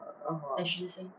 err (uh huh)